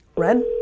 ren.